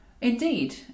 Indeed